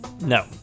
No